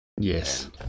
Yes